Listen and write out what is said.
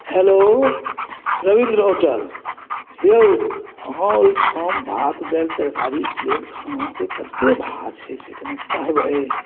hello Ravindra hotel हेऔ अहाँ ओहिठाम भात दालि तरकारी प्लेन खानाके कतेक भाओ छै से कनी कहबै